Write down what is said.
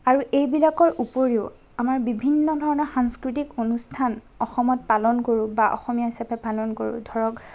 আৰু এইবিলাকৰ উপৰিও আমাৰ বিভিন্ন ধৰণৰ সাংস্কৃতিক অসমত পালন কৰোঁ বা অসমীয়া হিচাপে পালন কৰোঁ ধৰক